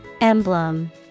Emblem